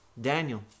Daniel